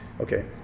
okay